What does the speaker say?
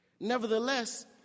Nevertheless